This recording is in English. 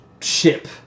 ship